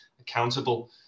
accountable